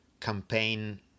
campaign